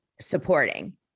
supporting